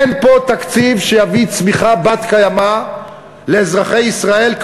אין פה תקציב שיביא צמיחה בת-קיימא לאזרחי ישראל,